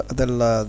della